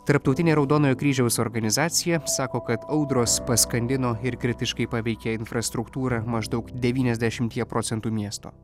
tarptautinė raudonojo kryžiaus organizacija sako kad audros paskandino ir kritiškai paveikė infrastruktūrą maždaug devyniasdešimtyje procentų miesto